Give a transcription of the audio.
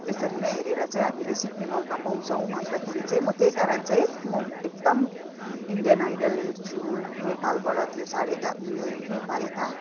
यसरी नै हेरेर चाहिँ हामीले सिक्ने मौका पाउँछौँ अन्तखेरि चाहिँ त्यही कारण चाहिँ म एकदम इन्डियन आइडल हेर्छु नेपालबाट त्यो सारेगा उयो नेपाल यता